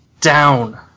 down